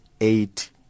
eight